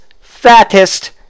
fattest